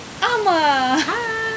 ama